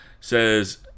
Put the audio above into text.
says